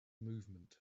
movement